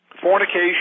Fornication